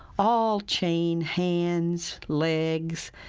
all chained hands, legs,